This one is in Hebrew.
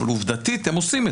אבל עובדתית הם עושים את זה.